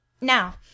Now